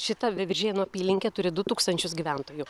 šita veiviržėnų apylinkė turi du tūkstančius gyventojų